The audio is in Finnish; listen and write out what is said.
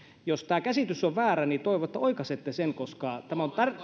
jos tämä käsitys on väärä niin toivon että oikaisette sen koska tämä on